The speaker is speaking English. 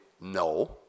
no